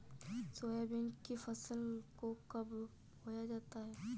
Soybean की फसल को कब बोया जाता है?